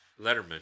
Letterman